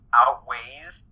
outweighs